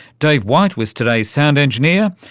dave white was today's sound engineer.